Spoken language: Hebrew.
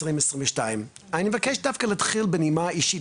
2022. אני מבקש דווקא להתחיל בנימה אישית,